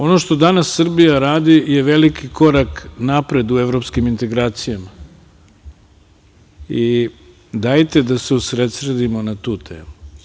Ono što danas Srbija radi je veliki korak napred u evropskim integracijama i dajte da se usredsredimo na tu temu.